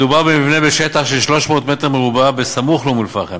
מדובר במבנה בשטח של 300 מ"ר בסמוך לאום-אלפחם,